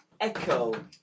echo